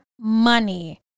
money